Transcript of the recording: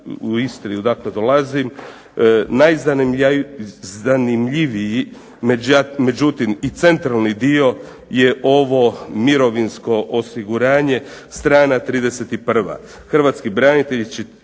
u Istri, odakle dolazim. Najzanimljiviji međutim i centralni dio je ovo mirovinsko osiguranje str. 31. Hrvatski branitelji će,